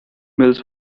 mills